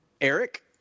Eric